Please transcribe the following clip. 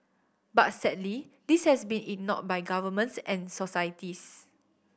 but sadly this has been ignored by governments and societies